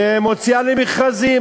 ומוציאה למכרזים.